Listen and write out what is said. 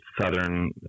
Southern